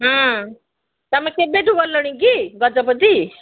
ହଁ ତୁମେ କେବେଠୁ ଗଲଣି କି ଗଜପତି